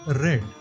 red